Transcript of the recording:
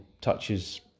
touches